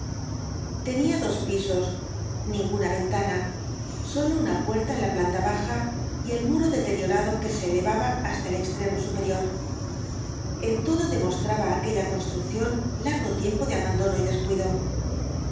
tenía dos pisos ninguna ventana solo una puerta en la planta baja y el muro deteriorado que se elevaba hasta el extremo superior en todo demostraba aquella construcción largo tiempo de abandono y descuido